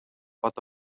pot